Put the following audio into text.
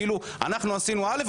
כאילו אנחנו עשינו א',